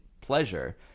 pleasure